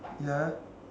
ya